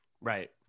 Right